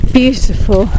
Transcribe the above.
beautiful